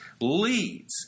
leads